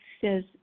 says